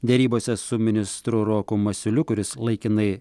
derybose su ministru roku masiuliu kuris laikinai